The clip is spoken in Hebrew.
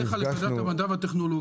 הגענו אליך אז לוועדת המדע והטכנולוגיה,